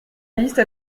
liste